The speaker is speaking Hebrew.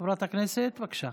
חברת הכנסת, בבקשה.